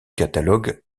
catalogue